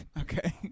okay